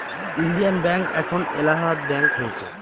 Indian bank এখন Allahabad bank হয়েছে